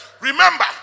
remember